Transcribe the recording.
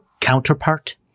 Counterpart